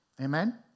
Amen